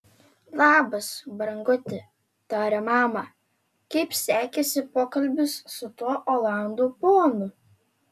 labas branguti tarė mama kaip sekėsi pokalbis su tuo olandų ponu